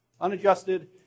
unadjusted